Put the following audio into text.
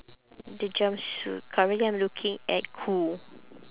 the jumpsuit currently I'm looking at